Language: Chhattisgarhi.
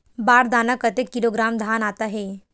बार दाना में कतेक किलोग्राम धान आता हे?